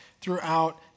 throughout